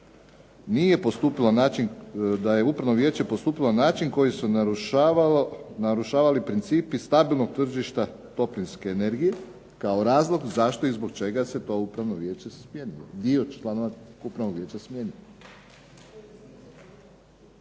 vijeće postupalo na način koji su narušavali principi stabilnog tržišta toplinske energije, kao razlog zašto i zbog čega se to upravno vijeće smijenilo, dio članova tog upravnog vijeća smijenilo.